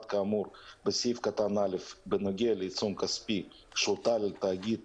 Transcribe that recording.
כאמור בסעיף קטן (א) בנוגע לעיצום כספי שהוטל על תאגיד